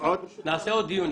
נעשה עוד דיון.